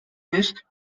nicht